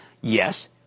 Yes